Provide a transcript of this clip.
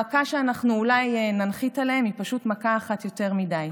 המכה שאנחנו אולי ננחית עליהם היא פשוט מכה אחת יותר מדי.